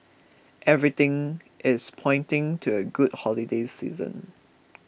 everything is pointing to a good holiday season